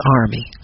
army